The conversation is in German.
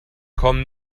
kommen